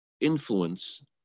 influence